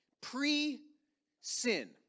pre-sin